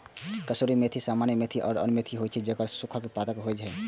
कसूरी मेथी सामान्य मेथी सं अलग मेथी होइ छै, जेकर सूखल पातक उपयोग होइ छै